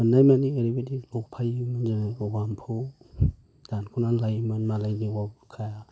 बोननाय मानि ओरैबायदि लफायोमोन जों औवा एम्फौ दानख'नानै लायोमोन मालायनि औवा बुरखा